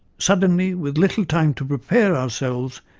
suddenly, with little time to prepare ourselves,